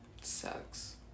sucks